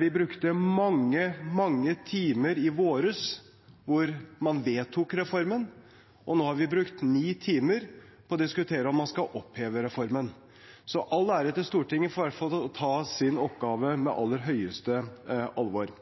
Vi brukte mange, mange timer i våres, da man vedtok reformen, og nå har vi brukt ni timer på å diskutere om man skal oppheve reformen. Så all ære til Stortinget for i hvert fall å ta sin oppgave på aller høyeste alvor.